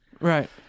Right